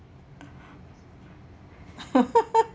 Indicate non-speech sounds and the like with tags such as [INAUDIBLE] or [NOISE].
[LAUGHS]